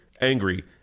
angry